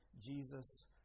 Jesus